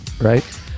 right